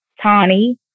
Tani